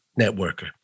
networker